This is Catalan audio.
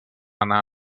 anar